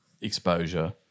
exposure